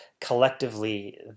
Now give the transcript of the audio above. collectively